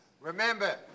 remember